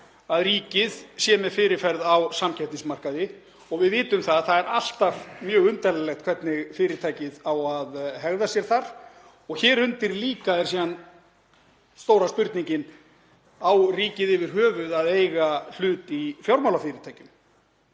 að ríkið sé með fyrirferð á samkeppnismarkaði og við vitum að það er alltaf mjög umdeilanlegt hvernig fyrirtækið á að hegða sér þar. Hér undir líka er síðan stóra spurningin: Á ríkið yfir höfuð að eiga hlut í fjármálafyrirtækjum,